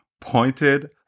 pointed